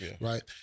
right